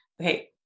okay